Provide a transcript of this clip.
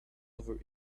over